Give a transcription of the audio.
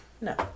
No